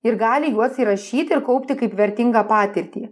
ir gali juos įrašyti ir kaupti kaip vertingą patirtį